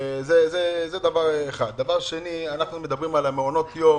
אנחנו מדברים על מעונות היום